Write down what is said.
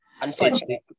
unfortunately